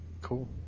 Cool